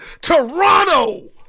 Toronto